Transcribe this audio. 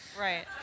Right